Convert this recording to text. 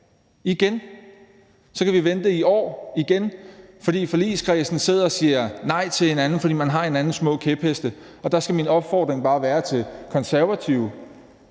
igen. Så kan vi igen vente i flere år, fordi man i forligskredsen sidder og siger nej til hinanden, fordi man har hver sine små kæpheste. Der skal min opfordring bare være til Konservative,